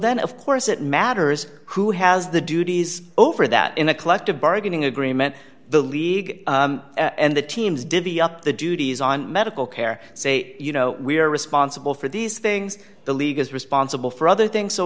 then of course it matters who has the duties over that in a collective bargaining agreement the league and the teams divvy up the duties on medical care say you know we are responsible for these things the league is responsible for other things so